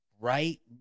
Right